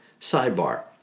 Sidebar